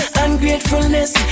ungratefulness